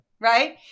Right